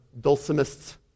dulcimists